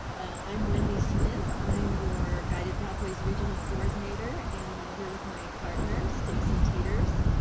i'm wendy smith. i'm your guided pathways regional coordinator and i'm here with my partner, stacy teeters.